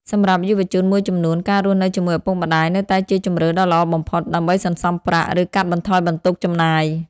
សម្រាប់យុវជនមួយចំនួន ការរស់នៅជាមួយឪពុកម្តាយនៅតែជាជម្រើសដ៏ល្អបំផុត ដើម្បីសន្សំប្រាក់ ឬកាត់បន្ថយបន្ទុកចំណាយ។